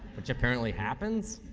which apparently happens.